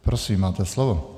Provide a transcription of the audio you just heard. Prosím, máte slovo.